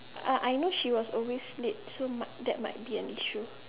uh I know she was always late so mi~ that might be an issue